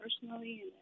personally